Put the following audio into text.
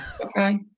okay